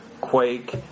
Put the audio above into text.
quake